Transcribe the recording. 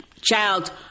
child